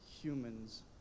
humans